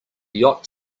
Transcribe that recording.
yacht